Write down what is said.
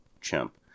chimp